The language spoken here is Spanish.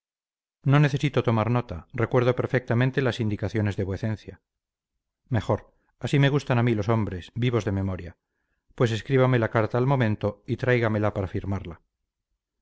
no necesito tomar nota recuerdo perfectamente las indicaciones de vuecencia mejor así me gustan a mí los hombres vivos de memoria pues escríbame la carta al momento y tráigamela para firmarla